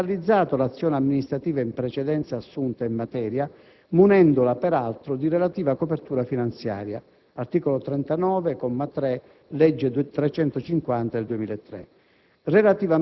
che ha cristallizzato l'azione amministrativa in precedenza assunta in materia, munendola, peraltro, di relativa copertura finanziaria (articolo 39, comma 3, della